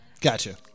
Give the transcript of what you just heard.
Gotcha